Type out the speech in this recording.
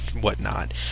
whatnot